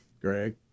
Greg